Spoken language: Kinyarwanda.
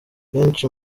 benshi